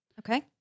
Okay